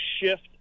shift